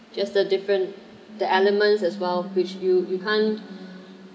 just the different the elements as well which you you can't